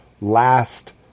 last